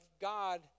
God